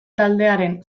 taldearen